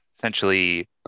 Essentially